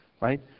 right